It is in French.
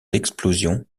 l’explosion